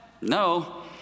No